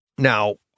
Now